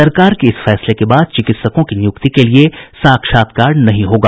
सरकार के इस फैसले के बाद चिकित्सकों की नियुक्ति के लिये साक्षात्कार नहीं होगा